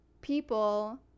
people